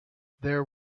there